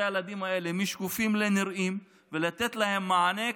הילדים האלה משקופים לנראים ולתת להם מענה,